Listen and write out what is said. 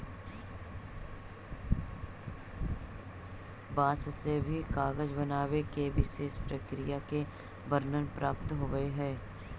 बाँस से भी कागज बनावे के विशेष प्रक्रिया के वर्णन प्राप्त होवऽ हई